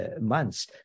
months